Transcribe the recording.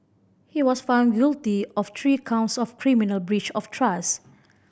he was found guilty of three counts of criminal breach of trust